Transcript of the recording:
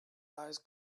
eyes